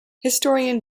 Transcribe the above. historian